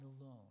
alone